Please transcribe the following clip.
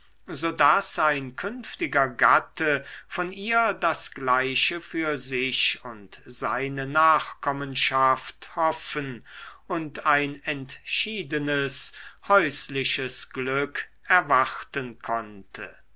so daß ein künftiger gatte von ihr das gleiche für sich und seine nachkommenschaft hoffen und ein entschiedenes häusliches glück erwarten konnte